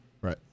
right